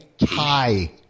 Hi